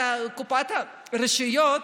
לקופת הרשויות,